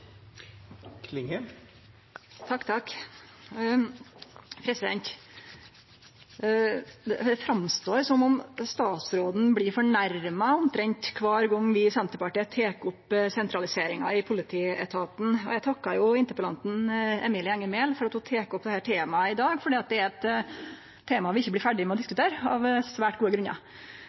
Det framstår som om statsråden blir fornærma omtrent kvar gong vi i Senterpartiet tek opp sentraliseringa i politietaten. Eg takkar interpellanten, Emilie Enger Mehl, for at ho tek opp dette temaet i dag, for det er eit tema vi ikkje blir ferdige med å diskutere, av svært gode